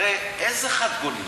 הרי, איזה חד-גוניות?